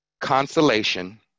consolation